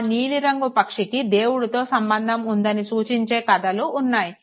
ఆ నీలి రంగు పక్షికి దేవుడితో సంబంధం ఉందని సూచించే కధలు ఉన్నాయి